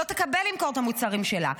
לא תקבל למכור את המוצרים שלה,